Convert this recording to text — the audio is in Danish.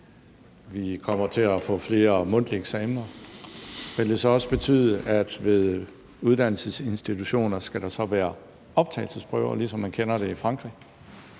vi kommer til at få flere mundtlige eksamener. Vil det så også betyde, at der ved uddannelsesinstitutioner skal være optagelsesprøver, ligesom man kender det i fra Frankrig?